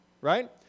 right